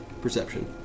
Perception